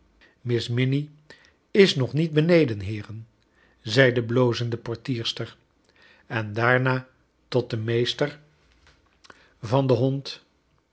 hiss minnie is nog niet bneden heeren zei de blozende portierster en daarna tot den meester van den hond